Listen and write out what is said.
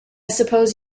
suppose